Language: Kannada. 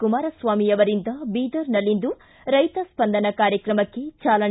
ಕುಮಾರಸ್ವಾಮಿ ಅವರಿಂದ ಬೀದರ್ನಲ್ಲಿಂದು ರೈತ ಸ್ಪಂದನ ಕಾರ್ಯಕ್ರಮಕ್ಕೆ ಚಾಲನೆ